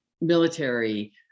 military